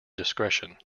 discretion